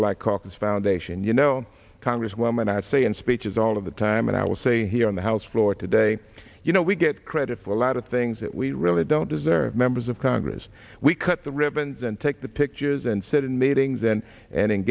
black caucus foundation you know congresswoman i would say in speeches all of the time and i will say here on the house floor today you know we get credit for a lot of things that we really don't deserve members of congress we cut the ribbons and take the pictures and sit in meetings and and